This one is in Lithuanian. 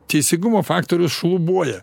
teisingumo faktorius šlubuoja